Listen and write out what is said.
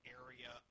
area